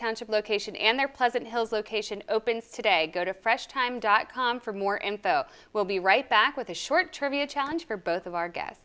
township location and their pleasant hills location opens today go to fresh time dot com for more info we'll be right back with a short trivia challenge for both of our